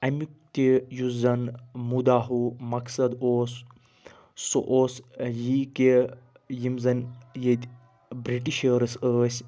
امیٛک یہِ یُس زن مدعا و مَقصد اوس سُہ اوس ٲں یی کہِ یم زن ییٚتہِ برٛٹِشٲرٕز ٲسۍ